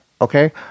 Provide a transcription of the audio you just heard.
Okay